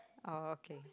oh okay